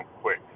Quick